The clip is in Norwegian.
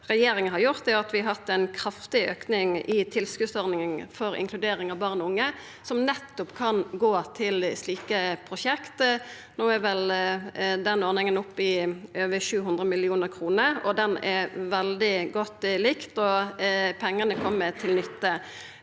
vi har hatt ei kraftig auking i tilskotsordninga for inkludering av barn og unge, som nettopp kan gå til slike prosjekt. No er vel den ordninga oppe i over 700 mill. kr, ho er veldig godt likt, og pengane kjem til nytte.